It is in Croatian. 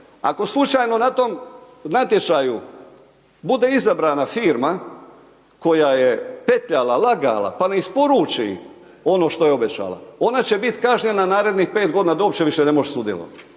Ako slučajno na tom natječaju bude izabrana firma koja je petljala, lagala pa ne isporuči ono što je obećala, ona će bit kažnjena narednih 5 godina da uopće više ne može sudjelovati.